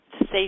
safe